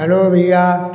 hello भइया